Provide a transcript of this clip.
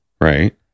Right